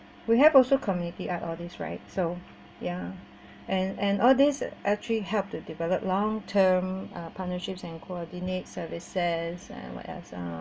we have also community art artists right so yeah and and all these actually helped to develop long term uh partnerships and coordinate services and what else